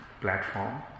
platform